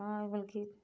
हां मतलब कि